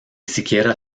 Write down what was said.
siquiera